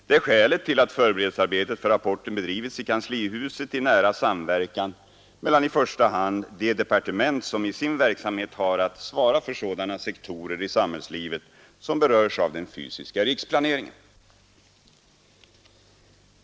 Det är skälet till att förberedelsearbetet för rapporten bedrivits i kanslihuset i nära samverkan mellan i första hand de departement som i sin verksamhet har att svara för sådana sektorer i samhällslivet som berörs av den fysiska riksplaneringen.